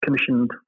commissioned